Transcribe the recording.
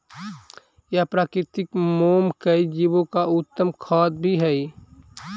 यह प्राकृतिक मोम कई जीवो का उत्तम खाद्य भी हई